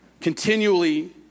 continually